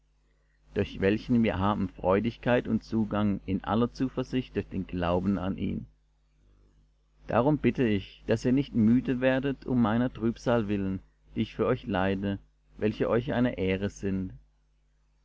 durch welchen wir haben freudigkeit und zugang in aller zuversicht durch den glauben an ihn darum bitte ich daß ihr nicht müde werdet um meiner trübsal willen die ich für euch leide welche euch eine ehre sind